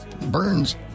Burns